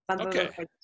okay